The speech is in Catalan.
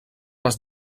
les